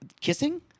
kissing